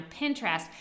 Pinterest